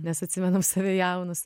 nes atsimenam save jaunus